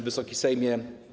Wysoki Sejmie!